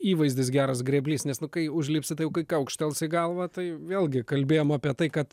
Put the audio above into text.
įvaizdis geras grėblys nes nu kai užlipsi tai jau kai kaukštels į galvą tai vėlgi kalbėjom apie tai kad